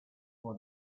for